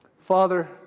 Father